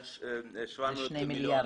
2.700 --- זה 2.7 מיליארד,